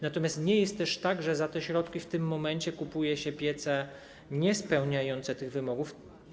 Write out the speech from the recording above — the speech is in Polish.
Natomiast nie jest tak, że za te środki w tym momencie kupuje się piece niespełniające tych nowych wymogów.